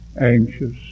anxious